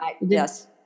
Yes